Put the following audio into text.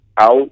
out